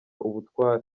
ubutware